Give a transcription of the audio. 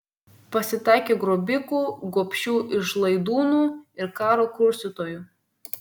pasitaikė grobikų gobšių išlaidūnų ir karo kurstytojų